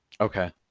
Okay